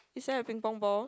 is there a pingpong ball